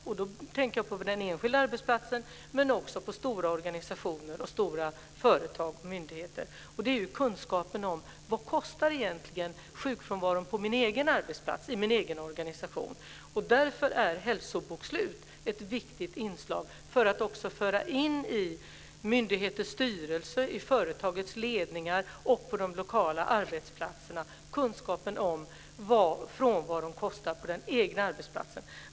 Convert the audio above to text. Jag tänker på den enskilda arbetsplatsen men också på stora organisationer, stora företag och myndigheter. Det handlar om kunskap om vad sjukfrånvaron egentligen kostar på min egen arbetsplats eller i min egen organisation. Hälsobokslut är därför ett viktigt inslag för att man i myndigheters styrelser, i företagens ledningar och på de lokala arbetsplatserna ska kunna föra in kunskapen om vad frånvaron kostar.